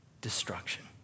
destruction